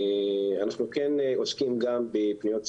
אנחנו כן עוסקים גם בפניות ציבור,